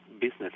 business